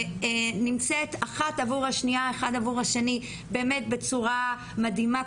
שנמצאת אחת עבור השנייה ואחד עבור השני באמת בצורה מדהימה,